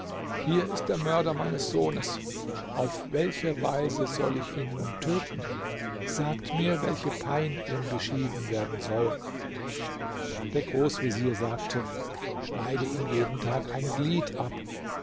hier ist der mörder meines sohnes auf welche weise soll ich ihn nun töten sagt mir welche pein ihm beschieden werden soll der großvezier sagte schneide ihm jeden tag ein glied ab